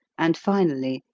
and, finally,